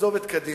עזוב את קדימה.